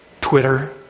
Twitter